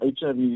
HIV